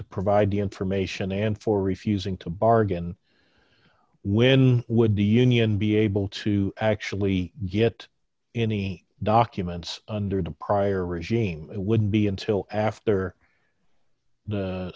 to provide the information and for refusing to bargain when would the union be able to actually get any documents under the prior regime it wouldn't be until after the